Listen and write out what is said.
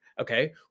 Okay